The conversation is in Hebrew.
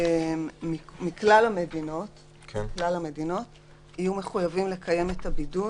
מכלל המדינות יהיו מחויבים לקיים את הבידוד